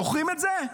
זוכרים את זה?